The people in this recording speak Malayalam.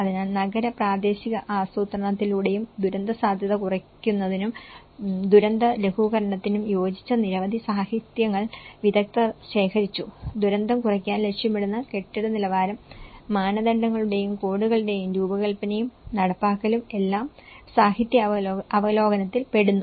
അതിനാൽ നഗര പ്രാദേശിക ആസൂത്രണത്തിലൂടെയും ദുരന്തസാധ്യത കുറയ്ക്കുന്നതിനും ദുരന്ത ലഘൂകരണത്തിനും യോജിച്ച നിരവധി സാഹിത്യങ്ങൾ വിദഗ്ധർ ശേഖരിച്ചു ദുരന്തം കുറയ്ക്കാൻ ലക്ഷ്യമിടുന്ന കെട്ടിട നിലവാരം മാനദണ്ഡങ്ങളുടെയും കോഡുകളുടെയും രൂപകൽപ്പനയും നടപ്പാക്കലും എല്ലാം സാഹിത്യ അവലോകനത്തിൽ പെടുന്നു